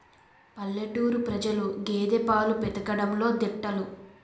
పల్లెటూరు ప్రజలు గేదె పాలు పితకడంలో దిట్టలు